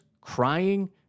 crying